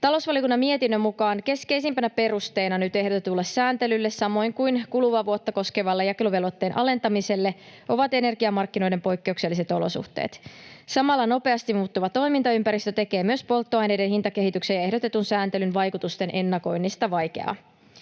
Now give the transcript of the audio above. Talousvaliokunnan mietinnön mukaan keskeisimpänä perusteena nyt ehdotetulle sääntelylle samoin kuin kuluvaa vuotta koskevalle jakeluvelvoitteen alentamiselle ovat energiamarkkinoiden poikkeukselliset olosuhteet. Samalla nopeasti muuttuva toimintaympäristö tekee myös polttoaineiden hintakehityksen ja ehdotetun sääntelyn vaikutusten ennakoinnista vaikeaa.